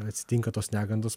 atsitinka tos negandos